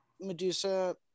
medusa